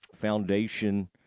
foundation